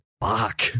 Fuck